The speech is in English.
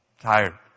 Tired